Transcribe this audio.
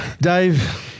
Dave